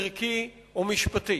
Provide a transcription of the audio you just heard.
ערכי או משפטי.